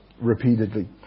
repeatedly